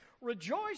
rejoice